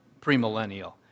premillennial